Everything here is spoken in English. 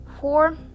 four